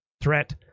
threat